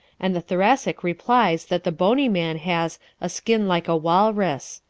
and the thoracic replies that the bony man has a skin like a walrus.